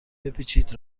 بپیچید